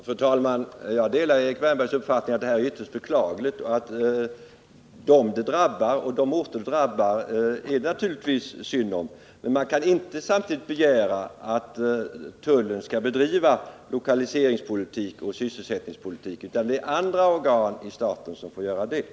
Fru talman! Jag delar Erik Wärnbergs uppfattning att det här är ytterst beklagligt. Det är naturligtvis synd om dem som det drabbar. Man kan emellertid inte begära att tullen skall bedriva lokaliseringsoch sysselsättningspolitik, utan andra organ i staten får göra detta.